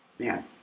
Man